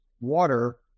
water